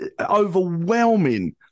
overwhelming